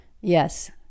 Yes